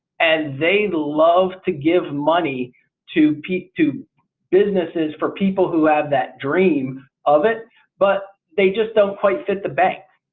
and they love to give money to pique. to businesses for people who have that dream of it but they just don't quite fit the bank.